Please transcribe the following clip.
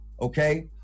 Okay